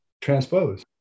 transpose